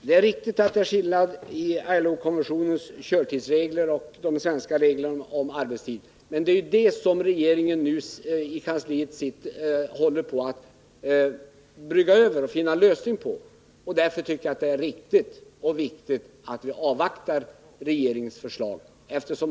Det är riktigt att det är skillnad mellan ILO-konventionens körtidsregler och de svenska reglerna om arbetstid, men det är ju detta som regeringen nu försöker finna en lösning på. Därför tycker jag att det är riktigt att avvakta regeringens förslag.